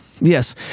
Yes